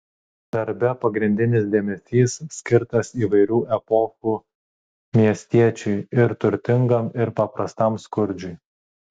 darbe pagrindinis dėmesys skirtas įvairių epochų miestiečiui ir turtingam ir paprastam skurdžiui